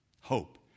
Hope